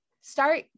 Start